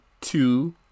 two